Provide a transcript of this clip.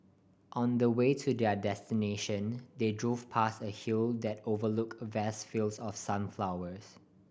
on the way to their destination they drove past a hill that overlook a vast fields of sunflowers